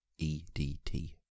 EDT